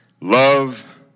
Love